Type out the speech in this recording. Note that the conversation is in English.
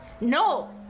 No